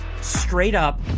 straight-up